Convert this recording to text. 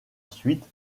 suite